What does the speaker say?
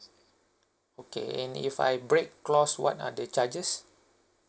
okay and if I break clause what are the charges